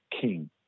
king